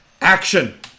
Action